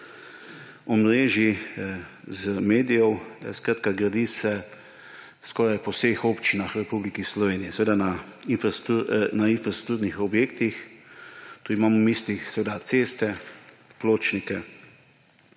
omrežij in medijev, skratka, gradi se skoraj po vseh občinah v Republiki Sloveniji. Seveda infrastrukturne objekte, tu imam v mislih ceste, pločnike,